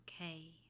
okay